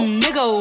nigga